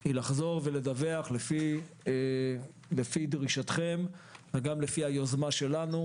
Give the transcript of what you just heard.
היא לחזור ולדווח לפי דרישתכם וגם לפי היוזמה שלנו,